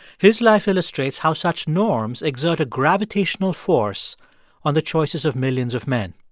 his life illustrates how such norms exert a gravitational force on the choices of millions of men